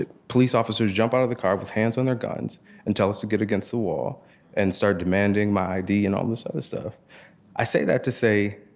ah police officers jump out of the car with hands on their guns and tell us to get against the wall and started demanding my id and all this other stuff i say that to say,